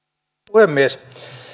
puhemies